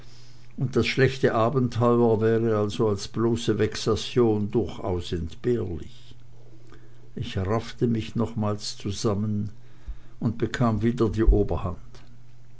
und das schlechte abenteuer wäre also als bloße vexation durchaus entbehrlich ich raffte mich nochmals zusammen und bekam wieder die oberhand